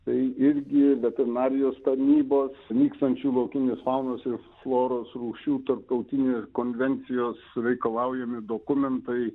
tai irgi veterinarijos tarnybos nykstančių laukinės faunos ir floros rūšių tarptautinė konvencijos reikalaujami dokumentai